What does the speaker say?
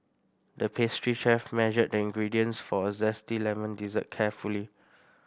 the pastry chef measured the ingredients for a zesty lemon dessert carefully